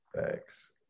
thanks